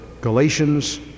Galatians